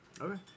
Okay